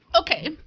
Okay